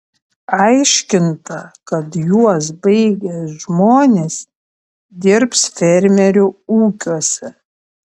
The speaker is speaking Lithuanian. aiškinta kad juos baigę žmonės dirbs fermerių ūkiuose